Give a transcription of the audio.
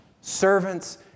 servants